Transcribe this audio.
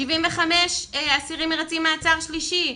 75 אסירים מרצים מאסר שלישי,